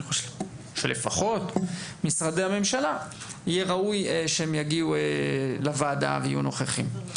חושב שראוי שלפחות משרדי הממשלה יגיעו לוועדה ויהיו נוכחים.